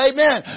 Amen